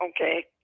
okay